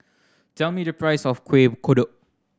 tell me the price of Kueh Kodok